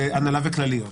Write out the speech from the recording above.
זה הנהלה וכלליות.